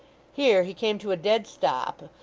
here he came to a dead stop,